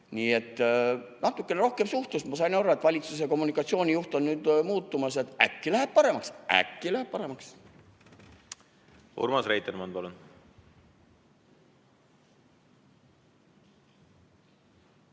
Nii et natukene rohkem suhtlust. Ma sain aru, et valitsuse kommunikatsioonijuht on nüüd vahetumas, äkki läheb paremaks. Äkki läheb paremaks. Urmas Reitelmann,